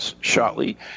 shortly